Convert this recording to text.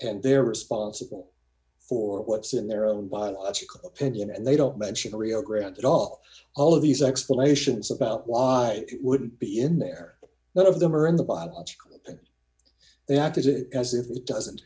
and they're responsible for what's in their own biological opinion and they don't mention the rio grande at all all of these explanations about why it would be in there none of them are in the pot and they act as it as if it doesn't